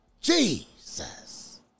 Jesus